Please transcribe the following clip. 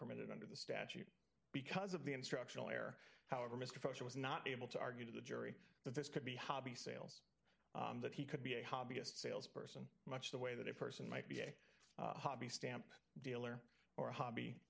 permitted under the statute because of the instructional air however mr faucheux was not able to argue to the jury that this could be hobby sales that he could be a hobbyist salesperson much the way that a person might be a hobby stamp dealer or a hobby